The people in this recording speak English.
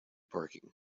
parking